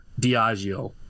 Diageo